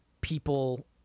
people